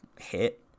hit